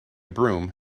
broom